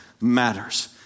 matters